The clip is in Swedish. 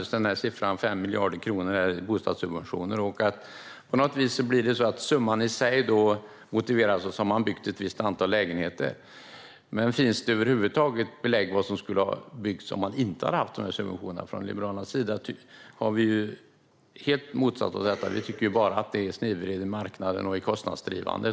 Siffran 5 miljarder kronor till bostadssubventioner nämndes. På något vis motiverar summan i sig att man har byggt ett visst antal lägenheter. Men finns det över huvud taget några belägg för hur mycket som skulle ha byggts utan subventionerna? Från Liberalernas sida har vi helt motsatt oss detta. Vi tycker att det bara snedvrider marknaden och är kostnadsdrivande.